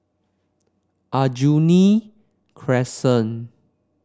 Aljunied Crescent